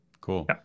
cool